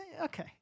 Okay